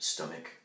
Stomach